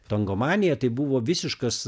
tangomanija tai buvo visiškas